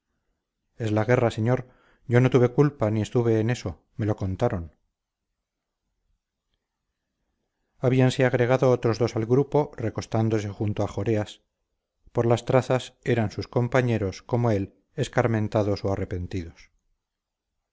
es la guerra señor yo no tuve culpa ni estuve en eso me lo contaron habíanse agregado otros dos al grupo recostándose junto a joreas por las trazas eran sus compañeros como él escarmentados o arrepentidos